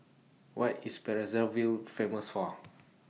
What IS Brazzaville Famous For